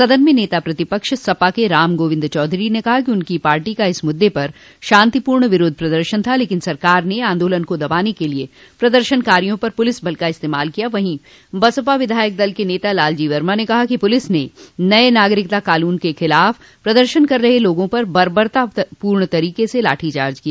सदन में नेता प्रतिपक्ष सपा के रामगोविन्द चौधरी ने कहा कि उनकी पार्टी का इस मुददे पर शांतिपूर्ण विरोध प्रदर्शन था लेकिन सरकार ने आन्दोलन को दबाने के लिए प्रदर्शनकारियों पर पुलिस बल का इस्तेमाल किया वहीं बसपा विधायक दल के नेता लालजी वर्मा ने कहा कि पुलिस ने नये नागरिकता क़ानून के ख़िलाफ़ प्रदर्शन कर रहे लोगों पर बर्बरतापूर्ण तरीके से लाठीचार्ज किया